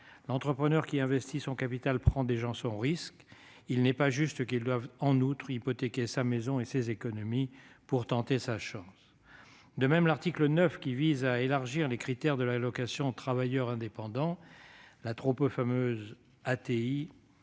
L'entrepreneur qui investit son capital prend déjà son risque ; il n'est pas juste qu'il doive en outre hypothéquer sa maison et ses économies pour tenter sa chance. De même, l'article 9, qui vise à élargir les critères de l'allocation des travailleurs indépendants, la trop peu fameuse ATI,